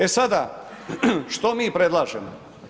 E sada, što mi predlažemo?